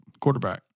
quarterback